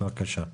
בבקשה.